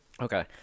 Okay